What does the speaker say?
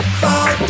fall